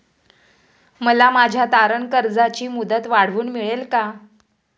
मला माझ्या तारण कर्जाची मुदत वाढवून मिळेल का?